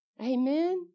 Amen